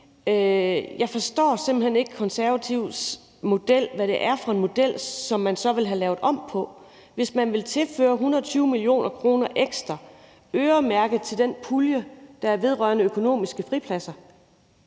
Jeg forstår simpelt hen ikke Konservatives model, altså hvad det er for en model, som man så vil have lavet om på. Hvis man vil tilføre 120 mio. kr. ekstra, som er øremærket den pulje, der er, vedrørende økonomiske fripladser,